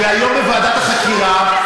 והיום בוועדת החקירה,